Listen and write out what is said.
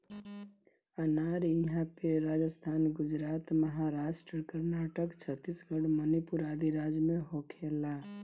अनार इहां पे राजस्थान, गुजरात, महाराष्ट्र, कर्नाटक, छतीसगढ़ मणिपुर आदि राज में होखेला